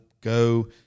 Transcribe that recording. go